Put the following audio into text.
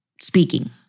speaking